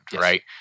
right